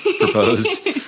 proposed